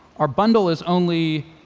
our bundle is only